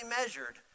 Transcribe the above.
measured